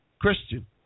Christian